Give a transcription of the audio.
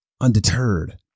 Undeterred